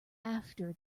after